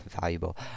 valuable